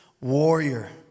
warrior